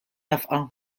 nefqa